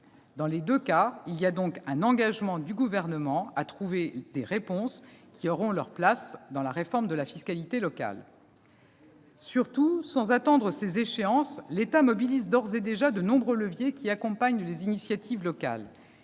Dans les deux cas, il y a donc un engagement du Gouvernement à trouver des réponses qui auront leur place dans la réforme de la fiscalité locale. Surtout, et sans attendre ces échéances, l'État mobilise d'ores et déjà de nombreux leviers pour accompagner les initiatives locales,